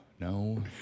No